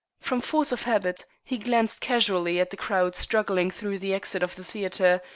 from force of habit, he glanced casually at the crowd struggling through the exit of the theatre,